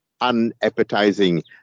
unappetizing